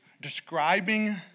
describing